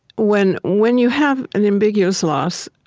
when when you have an ambiguous loss,